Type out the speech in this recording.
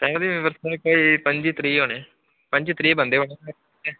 उस दिन बंदे कोई पंजी त्रीह् होने पंजी त्रीह् बंदे होने